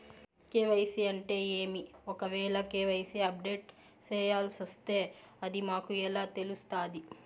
KYC అంటే ఏమి? ఒకవేల కె.వై.సి అప్డేట్ చేయాల్సొస్తే అది మాకు ఎలా తెలుస్తాది?